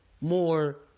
more